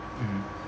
mm